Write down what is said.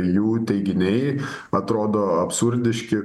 jų teiginiai atrodo absurdiški